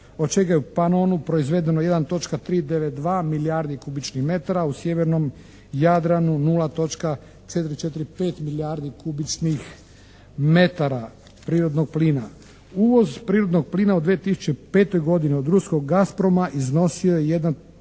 od čega je u Panonu proizvedeno 1.392 milijardi kubičnih metara. U sjevernom Jadranu 0.445 milijardi kubičnih metara prirodnog plina. Uvoz prirodnog plina u 2005. godini od ruskog Gasproma iznosio je 1.134